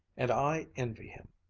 and i envy him!